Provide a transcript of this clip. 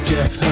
Jeff